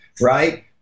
right